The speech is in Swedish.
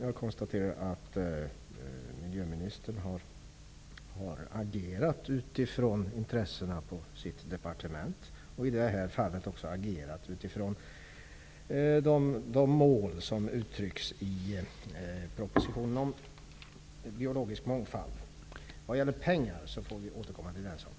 Miljöministern har i detta fall agerat utifrån Miljödepartementets intressen och också utifrån de mål som uttrycks i propositionen om biologisk mångfald. Vad gäller pengar får vi återkomma till den saken.